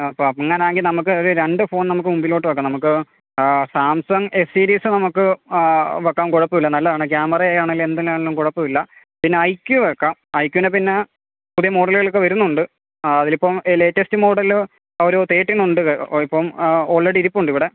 ആ അപ്പം അങ്ങനെ ആണെങ്കിൽ നമുക്ക് ഒരു രണ്ട് ഫോൺ നമുക്ക് മുമ്പിലോട്ട് വെക്കണം നമുക്ക് സാംസങ് എസ് സീരീസ് നമുക്ക് വെക്കാം കുഴപ്പമില്ല നല്ലതാണ് കാമറ ആണേലും എന്തിനാണേലും കുഴപ്പമില്ല പിന്നെ ഐ ക്യൂ വെക്കാം ഐക്യൂന പിന്നേ പുതിയ മോഡല്കളൊക്കെ വരുന്നുണ്ട് അതിലിപ്പോൾ ഈ ലെയ്റ്റെസ്റ്റ് മോഡല് ഒരു തിർട്ടീൻ ഉണ്ട് ഇപ്പം ഓൾറെഡി ഇരിപ്പുണ്ടിവിടെ